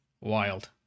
Wild